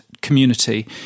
community